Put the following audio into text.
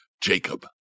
Jacob